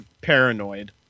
paranoid